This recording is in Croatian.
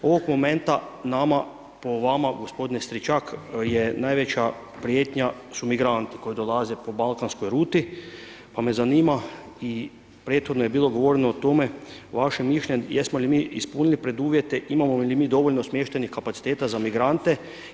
Ovog momenta nama po vama gospodine Stričak je najveća prijetnja su migranti koji dolaze po balkanskoj ruti pa me zanima i prethodno je bilo govoreno o tome vaše mišljenje jesmo li mi ispunili preduvjete, imamo li mi dovoljno smještajnih kapaciteta za migrante.